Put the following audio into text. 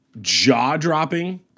jaw-dropping